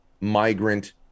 migrant